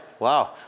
Wow